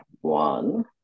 one